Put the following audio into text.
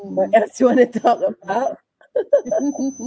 what else do you want to talk about